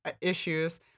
issues